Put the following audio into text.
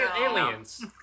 Aliens